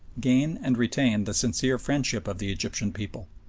gain and retain the sincere friendship of the egyptian people,